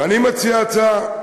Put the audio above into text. ואני מציע הצעה,